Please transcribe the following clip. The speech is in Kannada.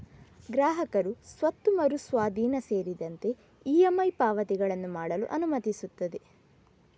ಗ್ರಾಹಕರು ಸ್ವತ್ತು ಮರು ಸ್ವಾಧೀನ ಸೇರಿದಂತೆ ಇ.ಎಮ್.ಐ ಪಾವತಿಗಳನ್ನು ಮಾಡಲು ಅನುಮತಿಸುತ್ತದೆ